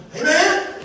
Amen